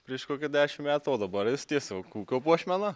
prieš kokį dešimt metų o dabar jis tiesiog puošmena